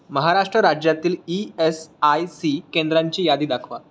महाराष्ट्र राज्यातील E S I C केंद्रांची यादी दाखवा